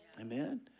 Amen